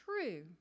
true